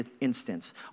instance